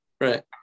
Right